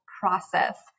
process